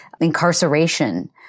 incarceration